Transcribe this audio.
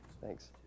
thanks